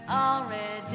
already